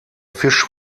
fisch